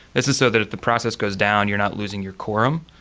this is so that if the process goes down, you're not losing your quorum,